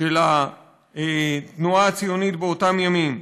של התנועה הציונית באותם ימים,